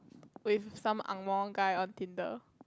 with some angmoh guy on Tinder